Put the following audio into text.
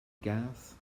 gath